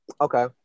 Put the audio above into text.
okay